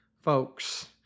folks